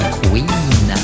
queen